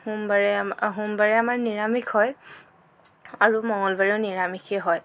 সোমবাৰে সোমবাৰে আমাৰ নিৰামিষ আৰু মঙলবাৰেও নিৰামিষে হয়